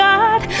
God